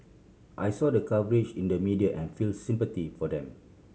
I saw the coverage in the media and felt sympathy for them